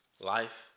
Life